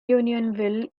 unionville